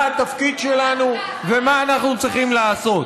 מה התפקיד שלנו ומה אנחנו צריכים לעשות.